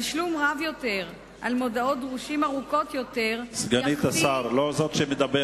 תשלום רב יותר על מודעות "דרושים" ארוכות יותר יחטיא את המטרה ולא יביא